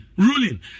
ruling